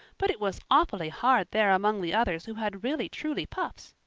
but it was awfully hard there among the others who had really truly puffs.